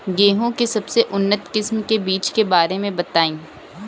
गेहूँ के सबसे उन्नत किस्म के बिज के बारे में बताई?